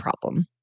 problem